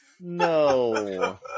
No